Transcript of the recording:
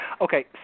Okay